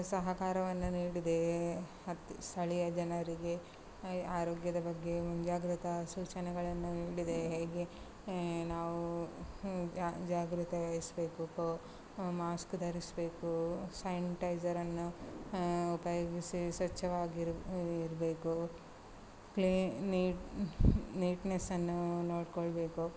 ಸಹಕಾರವನ್ನು ನೀಡಿದೇ ಹತ್ತು ಸ್ಥಳೀಯ ಜನರಿಗೆ ಈ ಆರೋಗ್ಯದ ಬಗ್ಗೆ ಮುಂಜಾಗ್ರತಾ ಸೂಚನೆಗಳನ್ನು ನೀಡಿದೇ ಹೇಗೆ ನಾವೂ ಜಾಗ್ರತೆ ವಹಿಸ್ಬೇಕು ಮಾಸ್ಕ್ ಧರಿಸ್ಬೇಕೂ ಸ್ಯಾಂಟೈಸರ್ ಅನ್ನು ಉಪಯೋಗಿಸಿ ಸ್ವಚ್ಛವಾಗಿರು ಇರಬೇಕು ಕ್ಲೀ ನೀ ನೀಟ್ನೆಸ್ ಅನ್ನು ನೋಡ್ಕೊಳ್ಬೇಕು